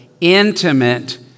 intimate